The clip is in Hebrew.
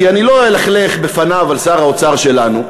כי אני לא אלכלך בפניו על שר האוצר שלנו.